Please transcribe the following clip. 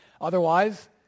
Otherwise